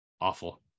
awful